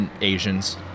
asians